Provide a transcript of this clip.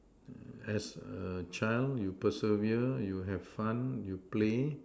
as a child you persevere you have fun you play